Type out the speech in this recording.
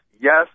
Yes